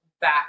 back